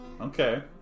Okay